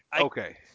Okay